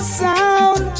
sound